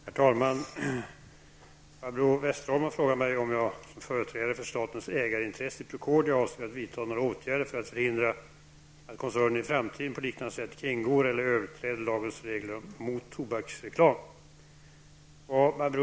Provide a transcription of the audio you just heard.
Herr talman! Barbro Westerholm har frågat mig om jag som företrädare för statens ägarintresse i Procordia avser att vidta några åtgärder för att förhindra att koncernen i framtiden på liknande sätt kringgår eller överträder lagens regler mot tobaksreklam.